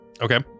Okay